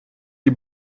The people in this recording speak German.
die